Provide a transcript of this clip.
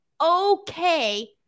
okay